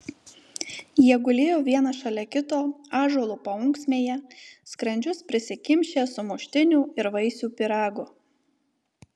jie gulėjo vienas šalia kito ąžuolo paunksmėje skrandžius prisikimšę sumuštinių ir vaisių pyrago